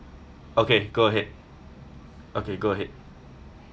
okay go ahead okay go ahead